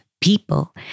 people